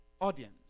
audience